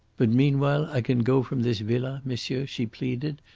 but meanwhile i can go from this villa, monsieur? she pleaded,